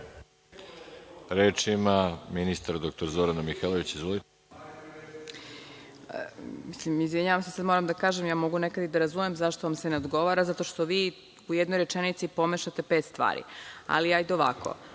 Izvolite. **Zorana Mihajlović** Mislim, izvinjavam se, sad moram da kažem, ja mogu nekad i da razumem zašto vam se ne odgovara, zato što vi u jednoj rečenici pomešate pet stvari. Ali, hajde ovako.